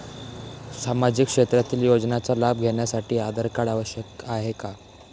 सामाजिक क्षेत्रातील योजनांचा लाभ घेण्यासाठी आधार कार्ड आवश्यक आहे का?